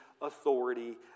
authority